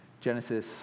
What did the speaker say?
Genesis